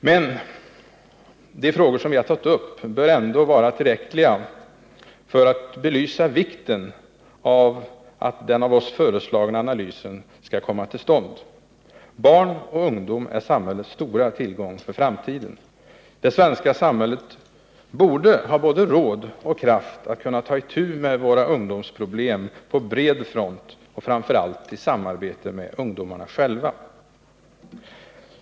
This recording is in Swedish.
Men de synpunkter som vi har tagit upp bör ändå vara tillräckliga för att belysa vikten av att den av oss föreslagna analysen genomförs. Barn och ungdom är samhällets stora tillgång för framtiden. Det svenska samhället borde ha både råd och kraft att ta itu med våra ungdomsproblem på bred front och framför allt i samarbete med ungdomarna själva.